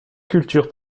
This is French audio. culture